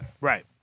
right